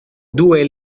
due